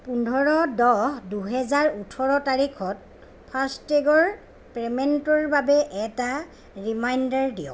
পোন্ধৰ দহ দুহেজাৰ ওঠৰ তাৰিখত ফাষ্টটেগৰ পে'মেণ্টৰ বাবে এটা ৰিমাইণ্ডাৰ দিয়ক